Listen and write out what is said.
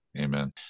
Amen